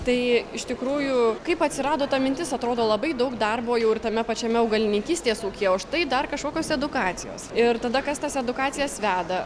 tai iš tikrųjų kaip atsirado ta mintis atrodo labai daug darbo jau ir tame pačiame augalininkystės ūkyje o štai dar kažkokios edukacijos ir tada kas tas edukacijas veda